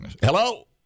Hello